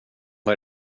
vad